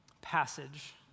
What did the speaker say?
passage